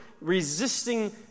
resisting